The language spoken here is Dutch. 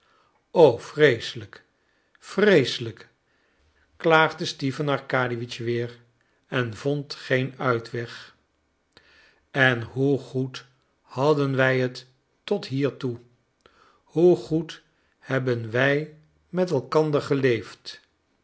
vreeseljjk vreeselijk klaagde stipan arkadiewitsch weer en vond geen uitweg en hoe goed hadden wij het tot hiertoe hoe goed hebben wij met elkander geleefd